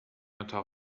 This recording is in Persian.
اتاق